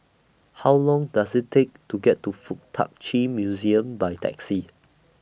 How Long Does IT Take to get to Fuk Tak Chi Museum By Taxi